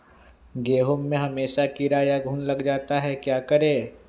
गेंहू में हमेसा कीड़ा या घुन लग जाता है क्या करें?